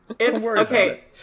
Okay